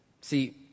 See